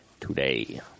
today